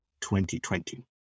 2020